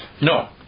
No